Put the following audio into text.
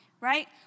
right